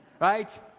right